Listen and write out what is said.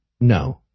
no